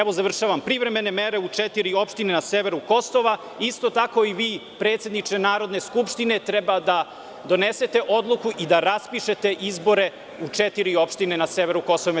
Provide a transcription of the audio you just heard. Evo, završavam, privremene mere u četiri opštine na severu Kosova, isto tako i vi predsedniče Narodne skupštine treba da donesete odluku i da raspišete izbore u četiri opštine na severu KiM.